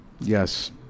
Yes